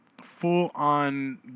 full-on